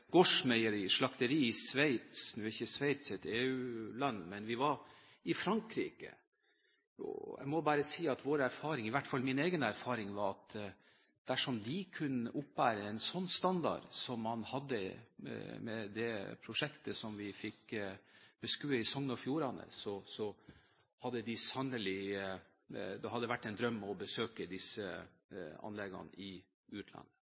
slakteri i Sveits. Nå er ikke Sveits et EU-land, men vi var i Frankrike. Jeg må bare si at i hvert fall min egen erfaring var at dersom de hadde kunnet oppebære en slik standard som man hadde i det prosjektet som vi fikk beskue i Sogn og Fjordane, hadde det vært en drøm å besøke disse anleggene i utlandet.